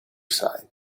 side